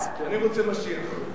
אני מציע ועדת חוץ וביטחון,